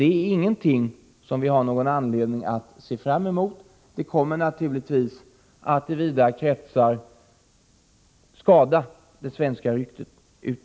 Det är inget som vi har någon anledning att se fram emot. Det är något som naturligtvis kommer att i vida kretsar skada det svenska ryktet